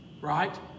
Right